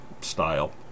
style